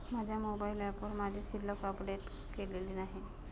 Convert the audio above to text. माझ्या मोबाइल ऍपवर माझी शिल्लक अपडेट केलेली नाही